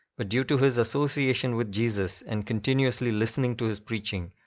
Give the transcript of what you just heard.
ah due to his association with jesus and continuously listening to his preaching,